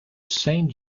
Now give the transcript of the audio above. saint